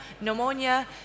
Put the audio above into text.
pneumonia